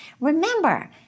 Remember